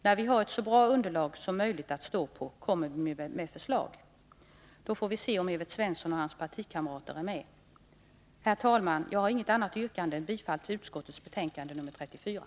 När vi har ett så bra underlag som möjligt att stå på kommer vi med förslag. Då får vi se om Evert Svensson och hans partikamrater är med. Herr talman! Jag har inget annat yrkande än om bifall till utskottets hemställan.